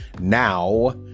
now